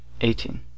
eighteen